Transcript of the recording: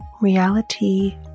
reality